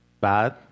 bad